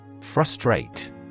Frustrate